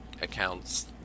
accounts